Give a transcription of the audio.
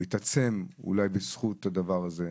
והתעצם אולי בזכות הדבר הזה,